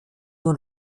nur